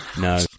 no